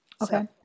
Okay